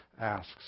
asks